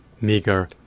meager